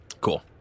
Cool